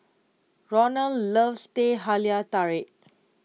Roland loves Teh Halia Tarik